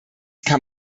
kann